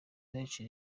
benshi